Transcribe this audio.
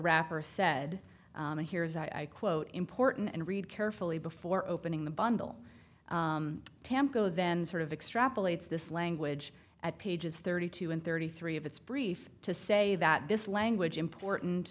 rapper said here is i quote important and read carefully before opening the bundle tamgho then sort of extrapolates this language at pages thirty two and thirty three of its brief to say that this language important